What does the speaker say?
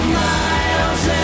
miles